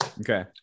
Okay